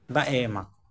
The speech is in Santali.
ᱫᱟᱜ ᱮ ᱮᱢᱟ ᱠᱚᱣᱟ